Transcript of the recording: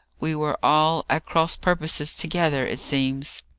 we were all at cross-purposes together, it seems.